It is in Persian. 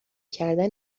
کردن